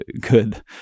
good